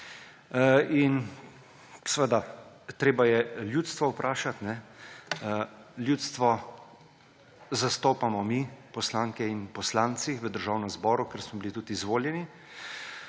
da. Seveda je treba ljudstvo vprašati. Ljudstvo zastopamo mi, poslanke in poslanci v Državnem zboru, ker smo bili tudi izvoljeni.